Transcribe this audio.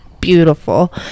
beautiful